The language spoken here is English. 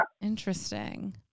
Interesting